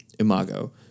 imago